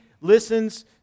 listens